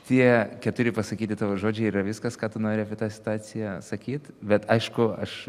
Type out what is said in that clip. tie keturi pasakyti tavo žodžiai yra viskas ką tu nori apie tą situaciją sakyt bet aišku aš